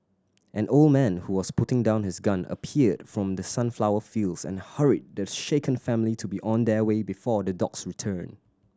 an old man who was putting down his gun appeared from the sunflower fields and hurried the shaken family to be on their way before the dogs return